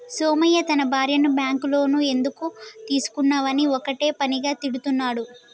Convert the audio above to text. సోమయ్య తన భార్యను bank loan ఎందుకు తీసుకున్నవని ఒక్కటే పనిగా తిడుతున్నడు